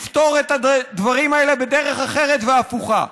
לפתור את הדברים האלה בדרך אחרת והפוכה.